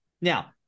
Now